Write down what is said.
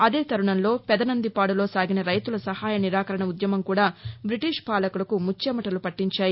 అదే తరుణంలో పెదనందిపాడులో సాగిన రైతుల సహాయ నిరాకరణ ఉద్యమం కూడా బ్రిటిష్ పాలకులకు ముచ్చెమటలు పట్టించాయి